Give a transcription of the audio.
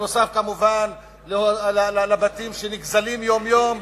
נוסף כמובן על בתים שנגזלים יום-יום,